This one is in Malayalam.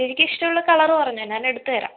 ചേച്ചിക്കിഷ്ടമുള്ള കളർ പറഞ്ഞോ ഞാനെടുത്ത് തരാം